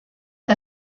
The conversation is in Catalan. que